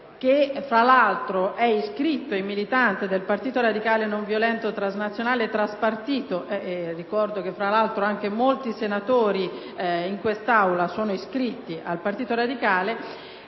che fra l'altro è iscritto e militante del Partito radicale non violento, transnazionale e transpartito (ricordo che anche molti senatori in quest'Aula sono iscritti al Partito radicale),